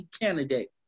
candidate